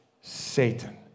Satan